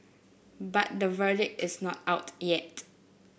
but the verdict is not out yet